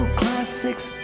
classics